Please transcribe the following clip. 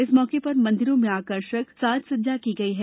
इस मौके पर मंदिरों में आकर्षक साज सज्जा की गई है